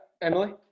Emily